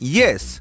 yes